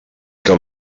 que